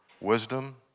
wisdom